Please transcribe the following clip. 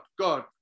God